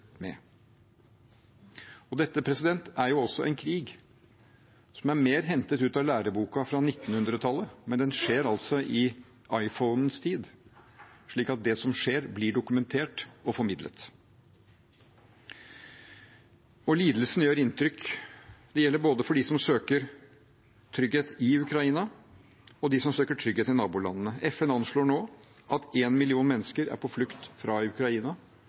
med. Dette er en krig som er mer hentet ut av læreboken fra 1900-tallet, men den skjer altså i iPhonens tid, så det som skjer, blir dokumentert og formidlet. Lidelsene gjør inntrykk. Det gjelder både for dem som søker trygghet i Ukraina, og de som søker trygghet i nabolandene. FN anslår nå at én million mennesker er på flukt fra Ukraina, og antallet internt fordrevne er større. Vi kan stå overfor den største humanitære katastrofen i